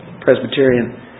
Presbyterian